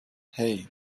hei